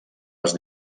les